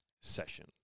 session